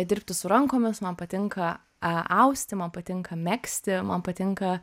dirbti su rankomis man patinka austi man patinka megzti man patinka